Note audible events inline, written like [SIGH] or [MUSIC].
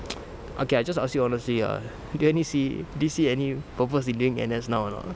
[NOISE] okay I just ask you honestly ah do you any see do you see any purpose in doing N_S now or not ah